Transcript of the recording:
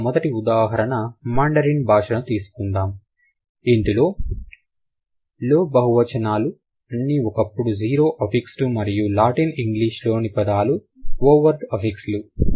కావున మొదటి ఉదాహరణ మాండరిన్ భాషను తీసుకుందాం ఇందులో లో బహు వచనాలు అన్ని ఒకప్పుడు జీరో అఫిక్సడ్ మరియు లాటిన్ ఇంగ్లీషులోని పదాలు ఓవర్ట్ అఫిక్లు